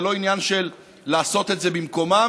זה לא עניין של לעשות את זה במקומם.